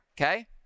Okay